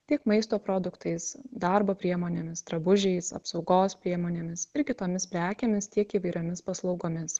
tiek maisto produktais darbo priemonėmis drabužiais apsaugos priemonėmis ir kitomis prekėmis tiek įvairiomis paslaugomis